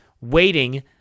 waiting